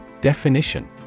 Definition